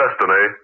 destiny